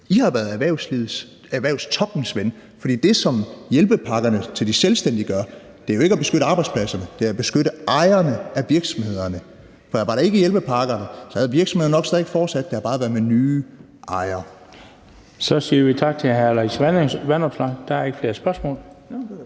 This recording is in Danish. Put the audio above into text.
I har været erhvervstoppens ven. For det, som hjælpepakkerne til de selvstændige gør, er jo ikke at beskytte arbejdspladserne, det er at beskytte ejerne af virksomhederne. Var der ikke hjælpepakker, havde virksomhederne nok stadig fortsat, det havde bare været med nye ejere. Kl. 19:41 Den fg. formand (Bent Bøgsted): Så siger vi tak til hr. Alex Vanopslagh. Der er ikke flere spørgsmål.